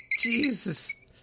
Jesus